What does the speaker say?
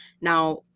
now